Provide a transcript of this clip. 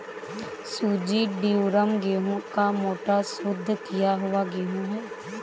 सूजी ड्यूरम गेहूं का मोटा, शुद्ध किया हुआ गेहूं है